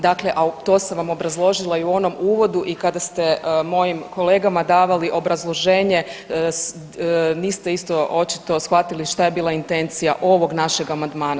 Dakle, a to sam vam obrazložila u onom uvodu i kada ste mojim kolegama davali obrazloženje, niste isto očito shvatili šta je bila intencija ovog našeg amandmana.